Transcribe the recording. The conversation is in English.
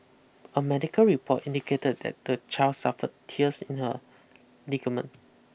a medical report indicated that the child suffered tears in her ligament